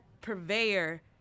purveyor